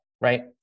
Right